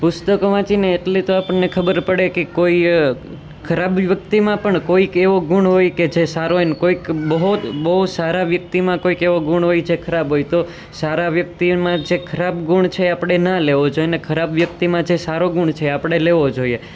પુસ્તકો વાંચીને એટલી તો આપણને ખબર પડે કે કોઈ ખરાબ વ્યક્તિમાં પણ કોઈક એવો ગુણ હોય છે જે સારો હોય અને કોઈક બહુ બહુ સારા વ્યક્તિમાં કોઈક એવો ગુણ હોય જે ખરાબ હોય તો સારા વ્યક્તિમાં જે ખરાબ ગુણ છે એ આપણે ન લેવો જોઈએ અને ખરાબ વ્યક્તિમાં જે સારો ગુણ છે એ આપણે લેવો જોઈએ